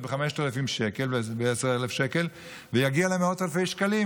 ב-5,000 או ב-10,000 ויגיע למאות אלפי שקלים.